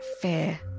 fear